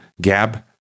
Gab